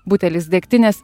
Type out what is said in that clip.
butelis degtinės